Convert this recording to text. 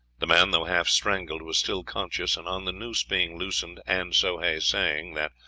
the man, though half strangled, was still conscious, and on the noose being loosened, and soh hay saying that,